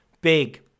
big